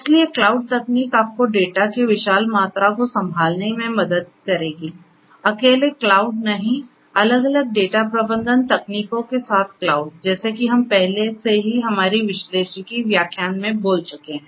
इसलिए क्लाउड तकनीक आपको डेटा के विशाल मात्रा को संभालने में मदद करेगी अकेले क्लाउड नहीं अलग अलग डेटा प्रबंधन तकनीकों के साथ क्लाउड जैसे कि हम पहले से ही हमारे विश्लेषिकी व्याख्यान में बोल चुके हैं